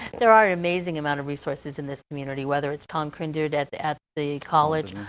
there are amazing amount of resources in this community, whether it's tom kindred at the at the college,